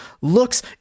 looks